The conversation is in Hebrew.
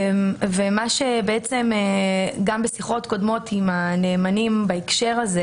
גם בשיחות קודמות עם הנאמנים בהקשר הזה